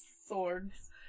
swords